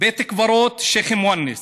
בית קברות שיח' אל-מוניס,